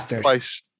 twice